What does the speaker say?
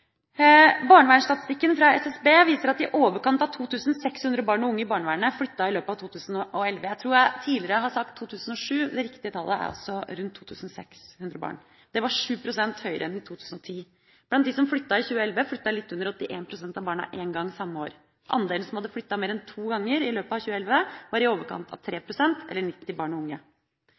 Barnevernstatistikken fra SSB viser at i overkant av 2 600 barn og unge i barnevernet flyttet i løpet av 2011. Jeg tror jeg tidligere har sagt 2700. Det riktige tallet er altså rundt 2 600 barn og unge. Det er 7 pst. høyere enn i 2010. Blant dem som flyttet i 2011, flyttet litt under 81 pst. av barna én gang samme år. Andelen som hadde flyttet mer enn to ganger i løpet av 2011, var i overkant av 3 pst. – eller 90 barn og unge.